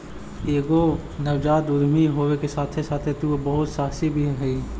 एगो नवजात उद्यमी होबे के साथे साथे तु बहुत सहासी भी हहिं